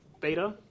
beta